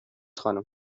خانم